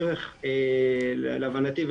בערך להבנתי,